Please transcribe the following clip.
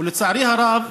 ולצערי הרב,